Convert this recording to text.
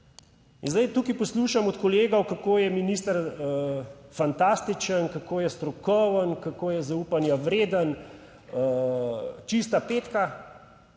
In zdaj tukaj poslušam od kolegov, kako je minister fantastičen, kako je strokoven, kako je zaupanja vreden, čista petka.